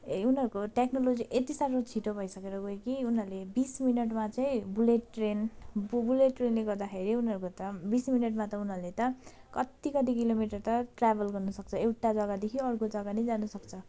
ए उनीहरूको टेक्नोलोजी यति साह्रो छिटो भइसकेर गयो कि उनीहरूले बिस मिनटमा चाहिँ बुलेट ट्रेन बुलेट ट्रेनले गर्दाखेरि उनीहरूको त बिस मिनटमा त उनीहरूले त कति कति किलो मिटर त ट्राभल गर्नु सक्छ एउटा जगादेखि अर्को जगा नै जानु सक्छ